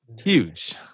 huge